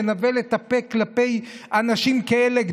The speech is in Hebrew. לנבל את הפה כלפי אנשים כאלה,